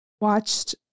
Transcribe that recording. watched